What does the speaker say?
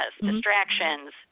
distractions